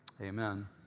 amen